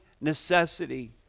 necessity